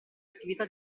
attività